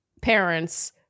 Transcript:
parents